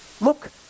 Look